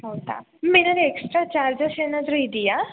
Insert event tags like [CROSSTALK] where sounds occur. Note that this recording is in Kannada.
ಹೌದಾ [UNINTELLIGIBLE] ಎಕ್ಸ್ಟ್ರಾ ಚಾರ್ಜಶ್ ಏನಾದ್ರು ಇದೆಯಾ